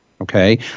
okay